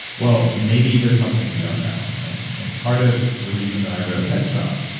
well, maybe there's something we don't know. and and part of the reason that i wrote head strong,